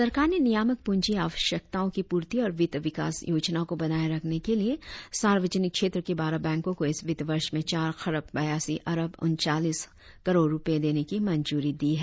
सरकार ने नियामक प्रंजी आवश्यकताओं की प्रर्ति और वित्त विकास योजनाओं को बनाए रखने के लिए सार्वजनिक क्षेत्र के बारह बैंको को इस वित्त वर्ष में चार खरब बयासी अरब उनचालीस करोड़ रुपये देने की मंजूरी दी है